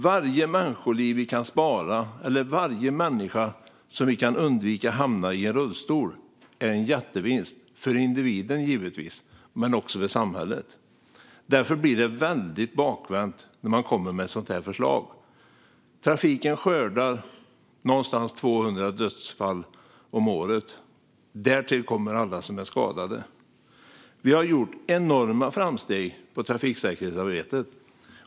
Varje människoliv vi kan spara, varje människa som inte behöver hamna i en rullstol, är en jättevinst - givetvis för individen, men också för samhället. Därför blir det väldigt bakvänt när man kommer med ett sådant här förslag. Trafiken skördar någonstans runt 200 dödsfall om året. Därtill kommer alla som blir skadade. Vi har gjort enorma framsteg i trafiksäkerhetsarbetet.